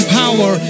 power